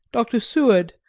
dr. seward,